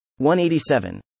187